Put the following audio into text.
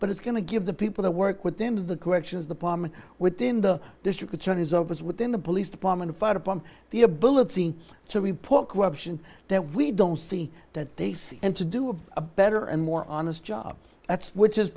but it's going to give the people who work with them the corrections department within the district attorney's office within the police department to fire upon the ability to report corruption that we don't see that they see and to do a better and more honest job that's which is